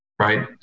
right